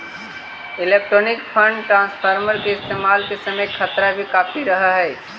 electronic fund transfer के इस्तेमाल के समय खतरा भी काफी रहअ हई